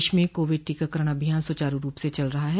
देश में कोविड टीकाकरण अभियान सुचारू रूप से चल रहा है